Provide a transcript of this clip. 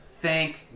Thank